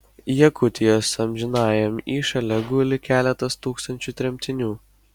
jakutijos amžinajam įšale guli keletas tūkstančių tremtinių